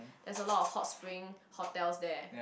there's is a lot of hot spring hotels there